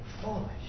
foolish